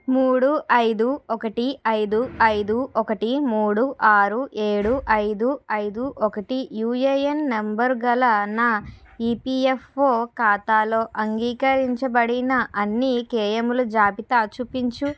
మూడు ఐదు ఒకటి ఐదు ఐదు ఒకటి మూడు ఆరు ఏడు ఐదు ఐదు ఒకటి యుఏఎన్ నంబరుగల నా ఇపిఎఫ్ఓ ఖాతాలో అంగీకరించబడిన అన్ని క్లేయిములు జాబితా చూపించు